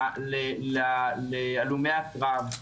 להלומי הקרב,